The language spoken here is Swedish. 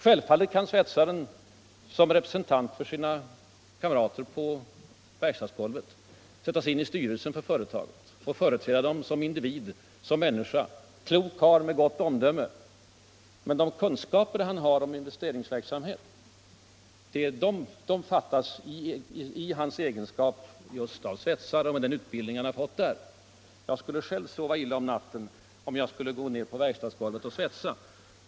Självfallet kan svetsaren som representant för sina kamrater på verkstadsgolvet sättas in i styrelsen för företaget och företräda kamraterna som människa — en klok karl med gott omdöme —- men kunskaperna om investeringsverksamhet saknas i hans egenskap just av svetsare och med den utbildning han har fått för den uppgiften. Jag skulle själv sova illa om natten om jag skulle gå ner på verkstadsgolvet och svetsa.